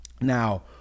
Now